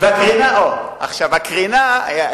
והקרינה הכי גבוהה בארץ.